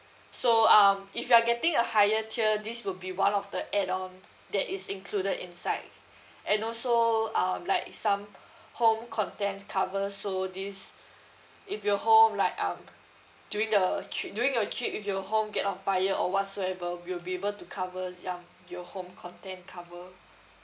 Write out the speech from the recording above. so um if you are getting a higher tier this will be one of the add-on that is included inside and also um like some home contents cover so this if your home like um during the trip during your trip if your home get on fire or whatsoever we'll be able to cover ya your home content cover